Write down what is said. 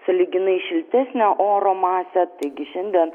sąlyginai šiltesnę oro masę taigi šiandien